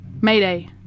Mayday